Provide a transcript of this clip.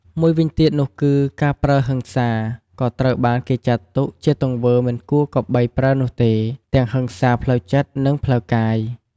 មួយវិញទៀតនោះគឺ ការប្រើហិង្សាក៏ត្រូវបានគេចាត់ទុកជាទង្វើមិនគួរគប្បីប្រើនោះទេ ទាំងហិង្សាផ្លូវចិត្តនិងផ្លូវកាយ។